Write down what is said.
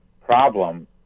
problem